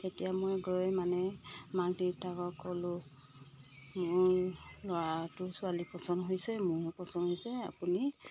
তেতিয়া মই গৈ মানে মাক দেউতাকক ক'লোঁ মোৰ ল'ৰাটোৰ ছোৱালী পচন্দ হৈছে মোৰো পচন্দ হৈছে আপুনি